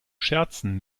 scherzen